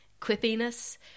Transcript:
quippiness